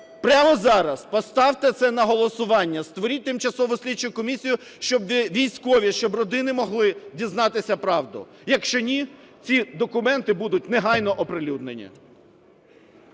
прямо зараз поставте це на голосування, створіть тимчасову слідчу комісію, щоб військові, щоб родини могли дізнатися правду. Якщо ні, ці документи будуть негайно оприлюднені.